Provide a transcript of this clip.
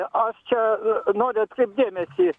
aš čia noriu atkreipt dėmesį